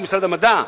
הוא משרד המדע,